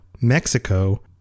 Mexico